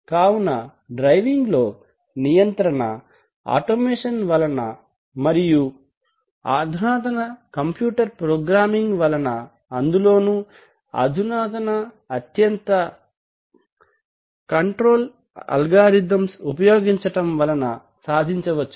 కావున డ్రైవింగ్ లో నియంత్రణ ఆటోమేషన్ వలన మరియు అధునాతన కంప్యూటర్ ప్రోగ్రామింగ్ వలన అందులోనూ అత్యంత అధునాతన కంట్రోల్ అల్గారిథంస్ ఉపయోగించడం వలన సాధించవచ్చు